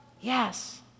Yes